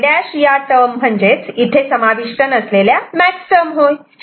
Y' या term म्हणजेच इथे समाविष्ट नसलेल्या मॅक्स टर्म होय